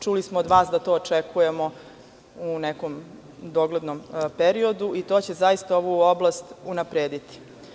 Čuli smo od vas da to očekujemo u nekom doglednom periodu i to će zaista ovu oblast unaprediti.